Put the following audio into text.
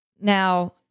Now